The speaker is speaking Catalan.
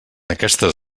aquestes